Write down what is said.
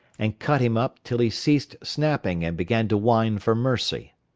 and cut him up till he ceased snapping and began to whine for mercy.